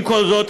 עם כל זאת,